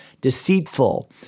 deceitful